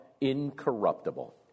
incorruptible